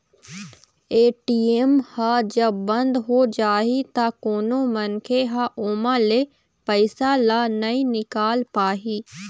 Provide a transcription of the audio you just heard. ATM ह जब बंद हो जाही त कोनो मनखे ह ओमा ले पइसा ल नइ निकाल पाही